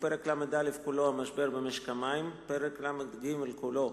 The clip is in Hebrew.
פרק ל"א כולו (המשבר במשק המים); פרק ל"ג כולו